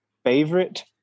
favorite